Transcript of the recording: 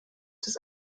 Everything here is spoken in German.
des